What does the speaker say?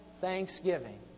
thanksgiving